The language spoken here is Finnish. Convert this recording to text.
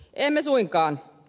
emme suinkaan